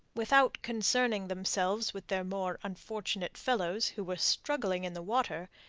without concerning themselves with their more unfortunate fellows, who were struggling in the water,